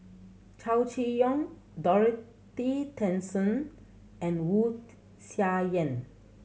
Chow Chee Yong Dorothy Tessensohn and Wu Tsai Yen